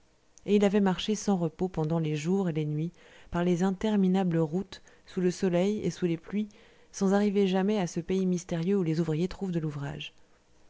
et il avait marché sans repos pendant les jours et les nuits par les interminables routes sous le soleil et sous les pluies sans arriver jamais à ce pays mystérieux où les ouvriers trouvent de l'ouvrage